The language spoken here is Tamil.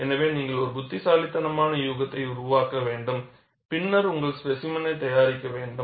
எனவே நீங்கள் ஒரு புத்திசாலித்தனமான யூகத்தை உருவாக்க வேண்டும் பின்னர் உங்கள் ஸ்பேசிமெனைத் தயாரிக்க வேண்டும்